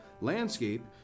landscape